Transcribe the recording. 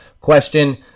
question